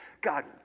God